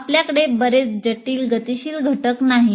आपल्याकडे बरेच जटिल गतिशील घटक नाहीत